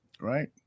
Right